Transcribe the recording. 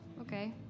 okay